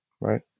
Right